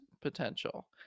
potential